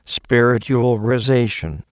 spiritualization